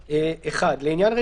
אחד או יותר,